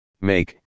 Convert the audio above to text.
Make